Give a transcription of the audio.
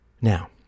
Now